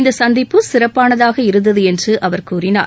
இந்த சந்திப்பு சிறப்பானதாக இருந்தது என்று அவர் கூறினார்